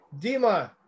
Dima